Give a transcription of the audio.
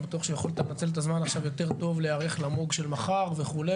מתוך שיכולת לנצל את הזמן עכשיו יותר להיערך ללו"ז של מחר וכו'.